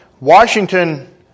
Washington